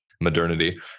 modernity